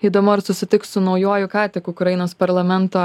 įdomu ar susitiks su naujuoju ką tik ukrainos parlamento